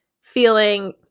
feeling